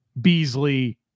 Beasley